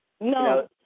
No